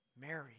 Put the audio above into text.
Mary